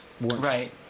Right